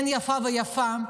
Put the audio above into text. אין איפה ואיפה.